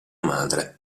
madre